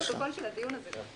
אבל זה לא הנושא של הדיון הזה.